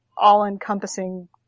all-encompassing